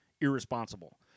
irresponsible